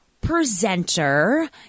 presenter